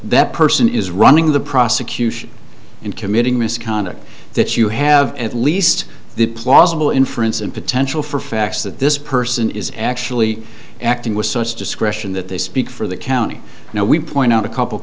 that person is running the prosecution in committing misconduct that you have at least the plausible inference and potential for facts that this person is actually acting with such discretion that they speak for the county now we point out a couple